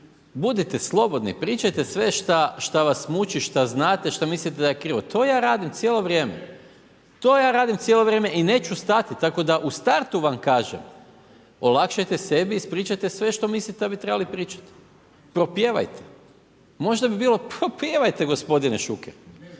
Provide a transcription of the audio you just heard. Budite slobodni, pričajte sve šta vas muči, šta znate, šta mislite da je krivo. To ja radim cijelo vrijeme, to ja radim cijelo vrijeme i neću stati. Tako da u startu vam kažem, olakšajte sebi, ispričajte sve što mislite da bi trebali pričati. Propjevajte. Možda bi bilo, pa pjevajte gospodine Šuker.